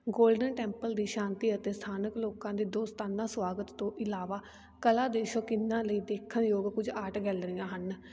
golden Temple ਦੇ ਸ਼ਾਂਤੀ ਅਤੇ ਸਥਾਨਕ ਲੋਕਾਂ ਦੇ ਦੋਸਤਾਨਾ ਸਵਾਗਤ ਤੋਂ ਇਲਾਵਾ ਕਲਾ ਦੇ ਸ਼ੌਕੀਨਾਂ ਲਈ ਦੇਖਣਯੋਗ ਕੁਝ ਆਰਟਗੈਲਰੀਆਂ ਹਨ